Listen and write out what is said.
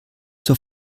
zur